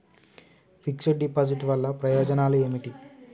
Fix డ్ deposit వల్ల ప్రయోజనాలు ఏమిటి?